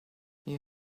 you